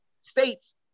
states